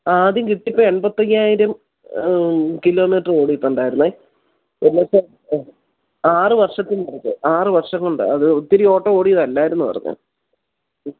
ആദ്യം കിട്ടിയപ്പോൾ എൺപത്തി അയ്യായ്യിരം കിലോമീറ്റർ ഓടിയിട്ടുണ്ടായിരുന്നു ഒരു ലക്ഷം ആ ആറ് വർഷത്തിന് ഇടയ്ക്ക് ആറ് വർഷം കൊണ്ടാണ് അത് ഒത്തിരി ഓട്ടം ഓടിയതല്ലായിരുന്നു പറഞ്ഞത്